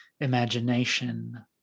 imagination